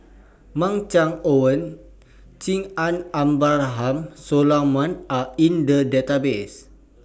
Mark Chan Owyang Chi and Abraham Solomon Are in The Database